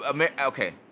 okay